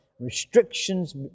restrictions